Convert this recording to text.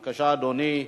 בבקשה, אדוני.